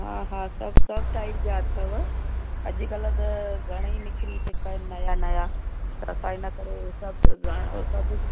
हा हा सभु सभु टाइप जा अथव अॼकल्ह त घणेईं निकिरी चुका आहिनि नया नया त असां इन करे सभु घ सभु